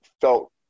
felt